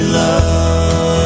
love